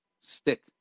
stick